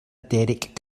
derek